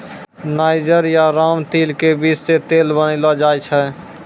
niger या रामतिल के बीज सॅ तेल बनैलो जाय छै